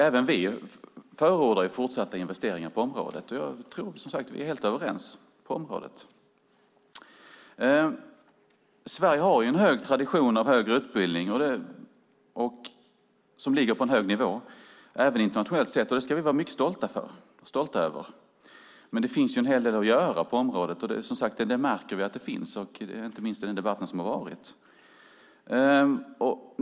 Även vi förordar fortsatta investeringar på området. Jag tror som sagt att vi är helt överens på det området. Sverige har en stark tradition av högre utbildning som ligger på en hög nivå även internationellt sett. Det ska vi vara mycket stolta över. Men det finns en hel del att göra på området. Det märker vi att det finns, inte minst i den debatt som har förts.